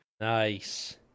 Nice